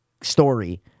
story